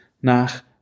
nach